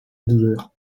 douleur